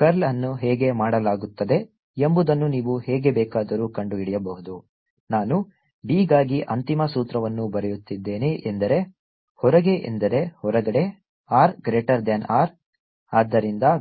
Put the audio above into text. curl ಅನ್ನು ಹೇಗೆ ಮಾಡಲಾಗುತ್ತದೆ ಎಂಬುದನ್ನು ನೀವು ಹೇಗೆ ಬೇಕಾದರೂ ಕಂಡುಹಿಡಿಯಬಹುದು ನಾನು B ಗಾಗಿ ಅಂತಿಮ ಸೂತ್ರವನ್ನು ಬರೆಯುತ್ತಿದ್ದೇನೆ ಎಂದರೆ ಹೊರಗೆ ಎಂದರೆ ಹೊರಗಡೆ r ಗ್ರೇಟರ್ ಧ್ಯಾನ್ R